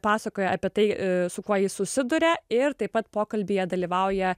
pasakoja apie tai su kuo ji susiduria ir taip pat pokalbyje dalyvauja